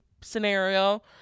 scenario